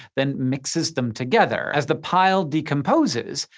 then mixes them together. as the pile decomposes,